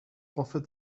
offered